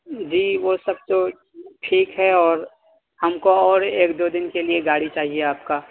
جی وہ سب تو ٹھیک ہے اور ہم کو اور ایک دو دن کے لیے گاڑی چاہیے آپ کا